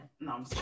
no